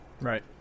Right